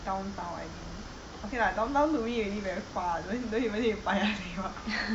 downtown I think okay lah downtown to me already very far don~ don't even need paya lebar